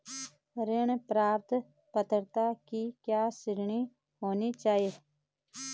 ऋण प्राप्त पात्रता की क्या श्रेणी होनी चाहिए?